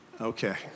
okay